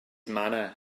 manner